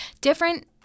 Different